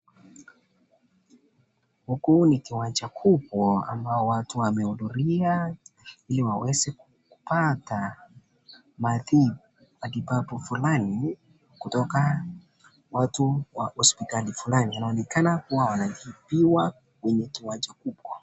Huku ni kiwanja kubwa ambao watu wamehudhuria iliwaweze kupata matibabu, fulani kutoka watu wa hospitali fulani, anaonekana kuwa wanatibiwa kwenye uwanja kubwa.